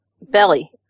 belly